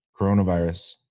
coronavirus